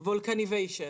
נקרא "וולקניזיישן".